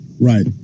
Right